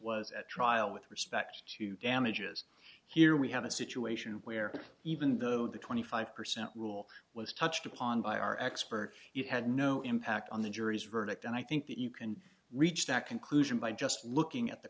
was at trial with respect to damages here we have a situation where even though the twenty five percent rule was touched upon by our expert you had no impact on the jury's verdict and i think that you can reach that conclusion by just looking at the